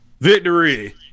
victory